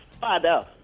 father